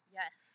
yes